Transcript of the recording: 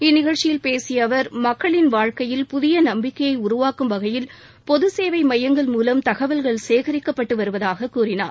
இந்நிகழ்ச்சியில் பேசிய அவர் மக்களின் வாழ்க்கையில் புதிய நம்பிக்கையை உருவாக்கும் வகையில் பொது சேவை மையங்கள் மூலம் தகவல்கள் சேகரிக்கப்பட்டு வருவதாக கூறினார்